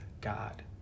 God